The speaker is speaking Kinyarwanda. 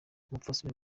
umupfasoni